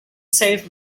save